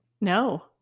No